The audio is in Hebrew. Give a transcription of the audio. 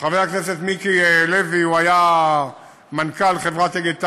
חבר הכנסת מיקי לוי היה מנכ"ל חברת "אגד תעבורה",